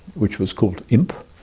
which was called imp,